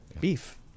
beef